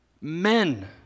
men